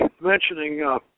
mentioning